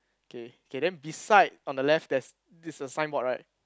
okay okay then beside on the left there's this a signboard right